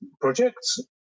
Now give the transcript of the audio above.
projects